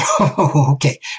Okay